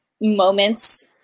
moments